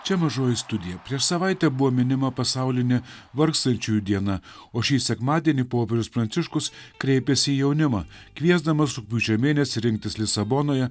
čia mažoji studija prieš savaitę buvo minima pasaulinė vargstančiųjų diena o šį sekmadienį popiežius pranciškus kreipėsi į jaunimą kviesdamas žemines rinktis lisabonoje